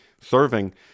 serving